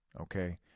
okay